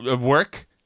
work